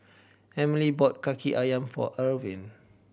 Emely bought Kaki Ayam for Ervin